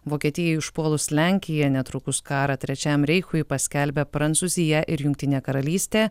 vokietijai užpuolus lenkiją netrukus karą trečiajam reichui paskelbė prancūzija ir jungtinė karalystė